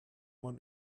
man